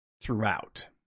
throughout